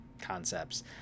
concepts